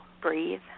breathe